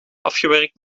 afgewerkt